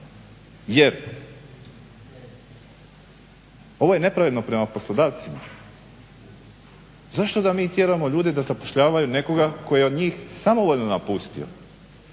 Jer ovo je nepravedno prema poslodavcima. Zašto da mi tjeramo ljude da zapošljavaju nekoga tko je njih samovoljno napustio?